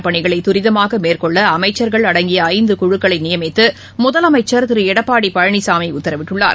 புயல் பணிகளைதரிதமாகமேற்கொள்ளஅமைச்சர்கள்அடங்கியஐந்துகுழுக்களைநியமித்துமுதலமைச்சர் திருஎடப்பாடிபழனிசாமிஉத்தரவிட்டுள்ளார்